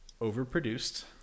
overproduced